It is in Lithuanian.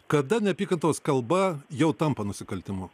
kada neapykantos kalba jau tampa nusikaltimu